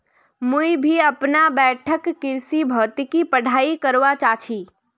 मुई भी अपना बैठक कृषि भौतिकी पढ़ाई करवा चा छी